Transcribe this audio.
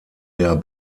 der